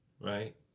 right